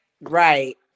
right